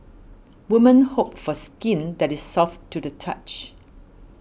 women hope for skin that is soft to the touch